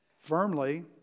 firmly